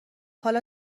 حالا